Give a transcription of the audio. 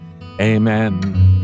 Amen